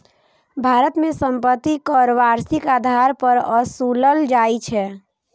भारत मे संपत्ति कर वार्षिक आधार पर ओसूलल जाइ छै